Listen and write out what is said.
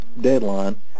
deadline